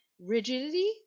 rigidity